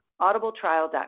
audibletrial.com